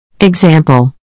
Example